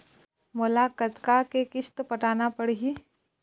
मोला कतका के किस्त पटाना पड़ही?